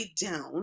down